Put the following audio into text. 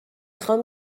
خوام